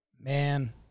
Man